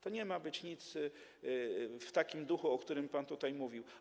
To nie ma być nic w takim duchu, o którym pan tutaj mówił.